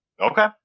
Okay